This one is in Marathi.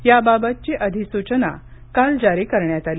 याबाबतची अधिसूचना काल जारी करण्यात आली